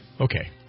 Okay